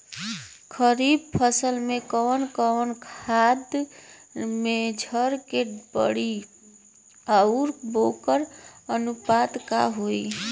खरीफ फसल में कवन कवन खाद्य मेझर के पड़ी अउर वोकर अनुपात का होई?